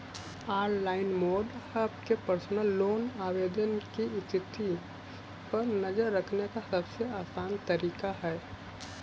online mode आपके personal loan आवेदन की स्थिति पर नज़र रखने का सबसे आसान तरीका है